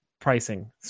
pricing